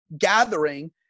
gathering